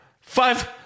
five